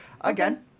Again